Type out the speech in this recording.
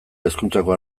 hezkuntzako